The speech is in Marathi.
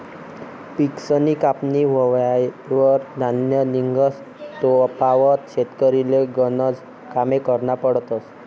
पिकसनी कापनी व्हवावर धान्य निंघस तोपावत शेतकरीले गनज कामे करना पडतस